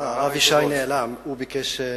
הוא יחזור.